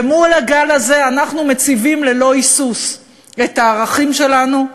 ומול הגל הזה אנחנו מציבים ללא היסוס את הערכים שלנו,